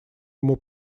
ему